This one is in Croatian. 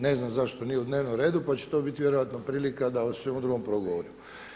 Ne znam zašto nije u dnevnom redu pa će to biti vjerojatno prilika da o svemu drugome progovorimo.